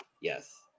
Yes